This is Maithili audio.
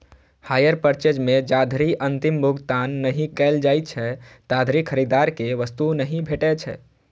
हायर पर्चेज मे जाधरि अंतिम भुगतान नहि कैल जाइ छै, ताधरि खरीदार कें वस्तु नहि भेटै छै